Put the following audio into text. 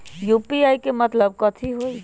UPI के मतलब कथी होई?